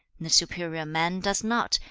the superior man does not,